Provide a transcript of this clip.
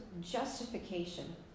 justification